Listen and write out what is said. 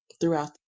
throughout